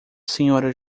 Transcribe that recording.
sra